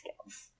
skills